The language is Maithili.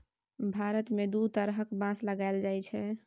भारत मे दु तरहक बाँस लगाएल जाइ छै